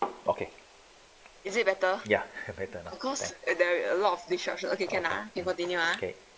okay ya better now thanks okay K